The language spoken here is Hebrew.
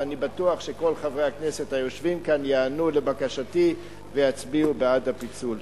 ואני בטוח שכל חברי הכנסת היושבים כאן ייענו לבקשתי ויצביעו בעד הפיצול.